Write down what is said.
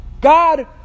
God